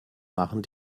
machen